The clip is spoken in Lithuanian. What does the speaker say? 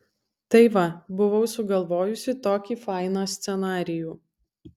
tai va buvau sugalvojusi tokį fainą scenarijų